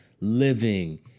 living